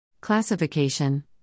Classification